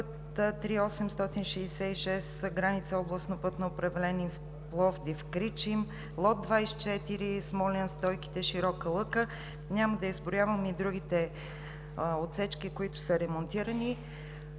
път III-866 граница Областно пътно управление – Пловдив – Кричим, лот 24 Смолян – Стойките – Широка лъка. Няма да изброявам и другите отсечки, които са ремонтирани.